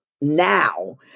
now